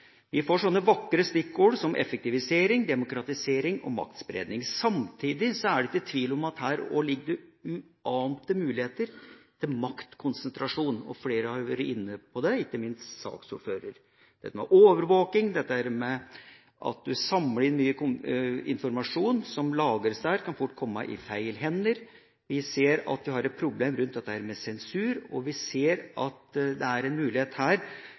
Vi får sånne vakre stikkord som effektivisering, demokratisering og maktspredning. Samtidig er det ikke tvil om at her ligger det også uante muligheter til maktkonsentrasjon. Flere har vært inne på det, ikke minst saksordføreren – dette med overvåking, dette med at du samler inn mye informasjon som lagres, og som fort kan komme i feil hender. Vi ser at vi har et problem rundt dette med sensur, og vi ser at det er en mulighet her